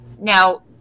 Now